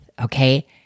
Okay